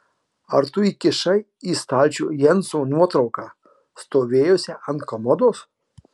ar tu įkišai į stalčių jenso nuotrauką stovėjusią ant komodos